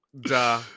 Duh